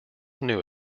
knew